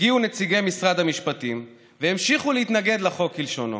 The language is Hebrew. הגיעו נציגי משרד המשפטים והמשיכו להתנגד לחוק כלשונו,